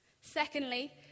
Secondly